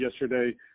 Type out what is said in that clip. yesterday